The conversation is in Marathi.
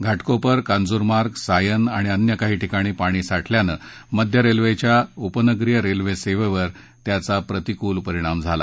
घोटकोपर कांजूसार्ग सायन आणि तिर काही ठिकाणी पाणी साठल्यानं मध्य रेल्वेच्या उपनगरीय रेल्वेसेवेवर त्याचा प्रतिकूल परिणाम झाला